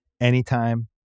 Anytime